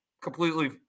completely